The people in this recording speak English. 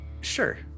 Sure